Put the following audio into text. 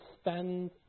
spend